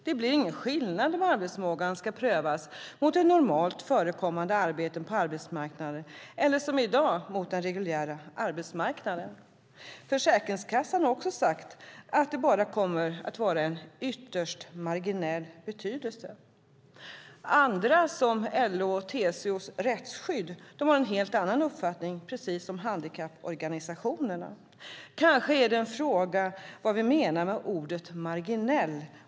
Det blir ingen skillnad mellan om arbetsförmågan ska prövas mot normalt förekommande arbeten på arbetsmarknaden eller som i dag mot den reguljära arbetsmarknaden. Försäkringskassan har också sagt att det bara kommer att ha ytterst marginell betydelse. Andra, som LO-TCO Rättsskydd, har en helt annan uppfattning, liksom handikapporganisationerna. Kanske är det en fråga om vad vi menar med ordet "marginell".